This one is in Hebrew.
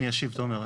אני אשיב, תומר.